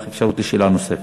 תהיה לך אפשרות לשאלה נוספת.